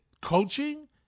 coaching